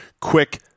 quick